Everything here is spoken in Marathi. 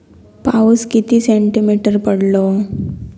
पाऊस किती सेंटीमीटर पडलो?